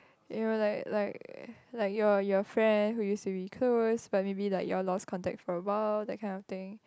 you know like like like your your friend who use to be close but maybe like you all lost contact for awhile that kind of thing